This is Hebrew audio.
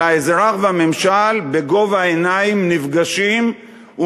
אלא האזרח והממשל נפגשים בגובה העיניים